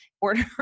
order